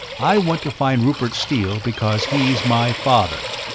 i want to find rupert steele because he's my father!